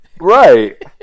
Right